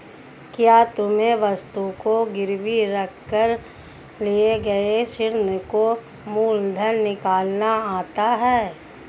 क्या तुम्हें वस्तु को गिरवी रख कर लिए गए ऋण का मूलधन निकालना आता है?